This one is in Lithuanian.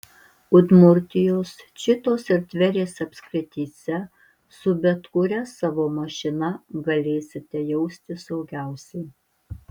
udmurtijos čitos ir tverės apskrityse su bet kuria savo mašina galėsite jaustis saugiausiai